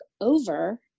over